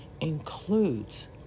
includes